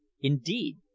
Indeed